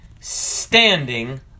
Standing